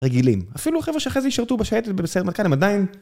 רגילים. אפילו החבר'ה שאחרי זה ישרתו בשייטת בסיירת מטכ"ל, הם עדיין...